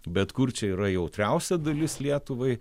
bet kur čia yra jautriausia dalis lietuvai